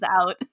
out